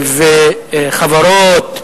חברות,